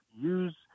use